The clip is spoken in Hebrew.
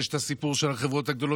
יש את הסיפור של החברות הגדולות.